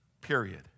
period